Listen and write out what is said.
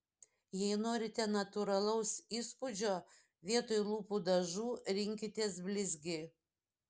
jei norite natūralaus įspūdžio vietoj lūpų dažų rinkitės blizgį